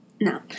no